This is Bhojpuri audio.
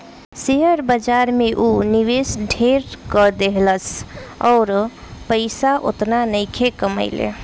शेयर बाजार में ऊ निवेश ढेर क देहलस अउर पइसा ओतना नइखे कमइले